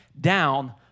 down